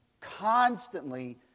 constantly